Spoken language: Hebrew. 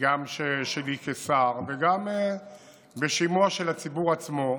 גם שלי כשר וגם בשימוע של הציבור עצמו.